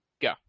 go